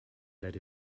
let